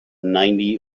ninety